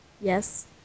Yes